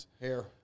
hair